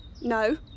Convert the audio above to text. No